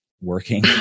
working